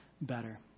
better